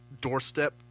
doorstep